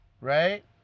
right